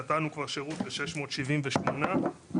נתנו כבר שירות לכ-678 אנשים,